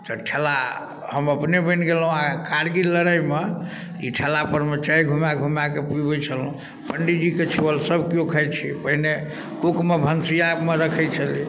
तऽ ठेला हम अपने बनि गेलहुँ आओर कारगिल लड़ाइमे ई ठेलापरमे चाइ घुमा घुमाके पिआबै छलहुँ पण्डीजीके छुअल सब केओ खाइ छै पहिने कुकमे भनसिआमे रखै छलै